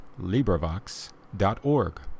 LibriVox.org